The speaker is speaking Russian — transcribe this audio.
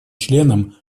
членам